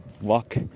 walk